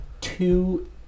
two